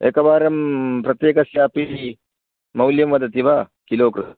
एकवारं प्रत्येकस्यापि मौल्यं वदति वा किलो प्रति